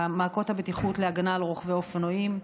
מעקות בטיחות להגנה על רוכבי אופנועים.